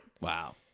Wow